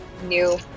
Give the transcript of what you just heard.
new